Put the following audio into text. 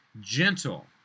gentle